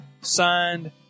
Signed